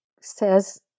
says